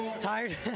Tired